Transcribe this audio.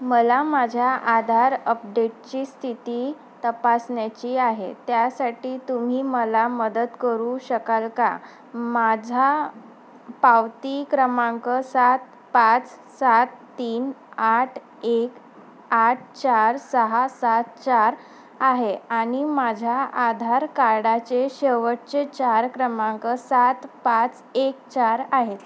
मला माझ्या आधार अपडेटची स्थिती तपासण्याची आहे त्यासाठी तुम्ही मला मदत करू शकाल का माझा पावती क्रमांक सात पाच सात तीन आठ एक आठ चार सहा सात चार आहे आणि माझ्या आधार कार्डाचे शेवटचे चार क्रमांक सात पाच एक चार आहेत